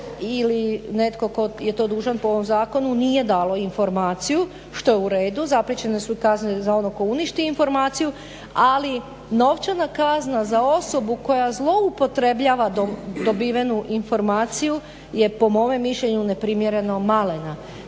ili netko tko je to dužan po ovom zakonu nije dalo informaciju, što je u redu, zapriječene su i kazne za onog tko uništi informaciju, ali novčana kazna za osobu koja zloupotrebljava dobivenu informaciju je po mome mišljenju neprimjereno malena.